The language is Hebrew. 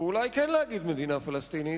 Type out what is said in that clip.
ואולי כן להגיד "מדינה פלסטינית",